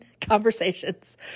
conversations